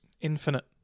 Infinite